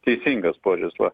teisingas požiūris va